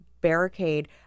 barricade